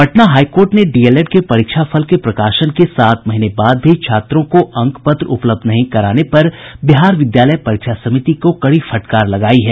Patna high court ने डीएलएड के परीक्षाफल के प्रकाशन के सात महीने बाद भी छात्रों को अंक पत्र उपलब्ध नहीं कराने पर बिहार विद्यालय परीक्षा समिति को कड़ी फटकार लगायी है